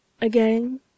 Again